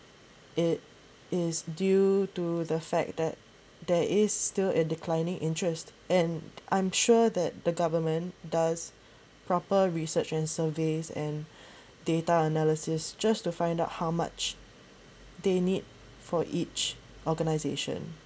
it is due to the fact that there is a still declining interest and I'm sure that the government does proper research and surveys and data analysis just to find out how much they need for each organisation